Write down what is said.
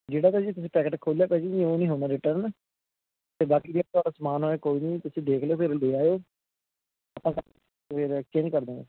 ਜਿਹੜਾਂ ਤਾਂ ਤੁਸੀਂ ਪੈਕਟ ਖੋਲਿਆ ਤਾਂ ਜੀ ਉਹ ਨਹੀਂ ਹੋਣਾ ਰਿਟਰਨ ਅਤੇ ਬਾਕੀ ਜਿਹੜਾ ਸਮਾਨ ਏ ਕੋਈ ਨਹੀਂ ਤੁਸੀਂ ਦੇਖ ਲਿਓ ਫਿਰ ਲੈ ਆਇਓ ਆਪਾਂ ਫਿਰ ਚੇਂਜ ਕਰਦਾਂਗਾ